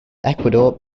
ecuador